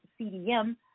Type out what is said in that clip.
CDM